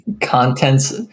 Contents